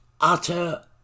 utter